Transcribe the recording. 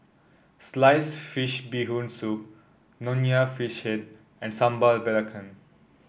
Sliced Fish Bee Hoon Soup Nonya Fish Head and Sambal Belacan